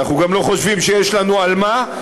אנחנו גם לא חושבים שיש לנו על מה,